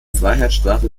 freiheitsstrafe